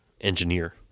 engineer